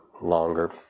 longer